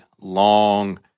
long